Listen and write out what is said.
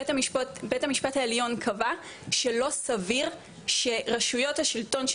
בית המשפט העליון קבע שלא סביר שרשויות השלטון,